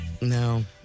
No